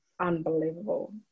unbelievable